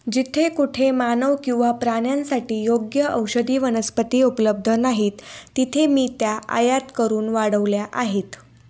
जिथे कुठे मानव किंवा प्राण्यांसाठी योग्य औषधी वनस्पती उपलब्ध नाहीत तिथे मी त्या आयात करून वाढवल्या आहेत